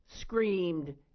screamed